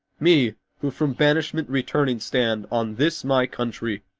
me who from banishment returning stand on this my country